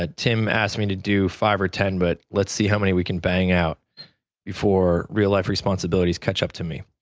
ah tim asked me to do five or ten, but let's see how many we can bang out for real life responsibilities catch up to me.